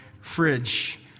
fridge